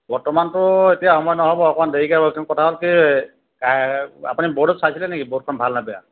বৰ্তমানতো এতিয়া সময় নহ'ব অকণমান দেৰীকৈ হ'ব কিন্তু কথা হ'ল কি আপুনি বৰ্ডত চাইছিলে নেকি বৰ্ডখন ভালনে বেয়া